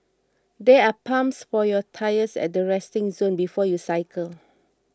there are pumps for your tyres at the resting zone before you cycle